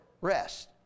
rest